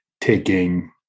taking